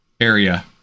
area